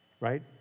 right